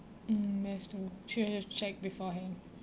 mm that's true should have checked beforehand